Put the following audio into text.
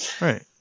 right